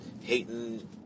hating